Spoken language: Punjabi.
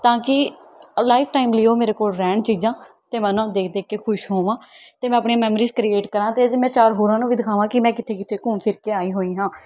ਤਾਂ ਕਿ ਲਾਈਫ ਟਾਈਮ ਲਈ ਉਹ ਮੇਰੇ ਕੋਲ ਰਹਿਣ ਚੀਜ਼ਾਂ ਅਤੇ ਮੈਂ ਉਨ੍ਹਾਂ ਨੂੰ ਦੇਖ ਦੇਖ ਕੇ ਖੁਸ਼ ਹੋਵਾਂ ਅਤੇ ਮੈਂ ਆਪਣੇ ਮੈਮਰੀਜ਼ ਕ੍ਰੀਏਟ ਕਰਾਂ ਅਤੇ ਜੇ ਮੈਂ ਚਾਰ ਹੋਰਾਂ ਨੂੰ ਵੀ ਦਿਖਾਵਾਂ ਕਿ ਮੈਂ ਕਿੱਥੇ ਕਿੱਥੇ ਘੁੰਮ ਫਿਰ ਕੇ ਆਈ ਹੋਈ ਹਾਂ